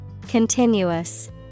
Continuous